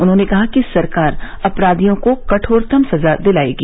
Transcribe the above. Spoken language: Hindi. उन्होंने कहा कि सरकार अपराधियों को कठोरतम सजा दिलाएगी